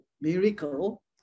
miracle